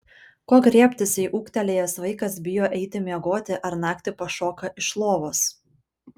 ko griebtis jei ūgtelėjęs vaikas bijo eiti miegoti ar naktį pašoka iš lovos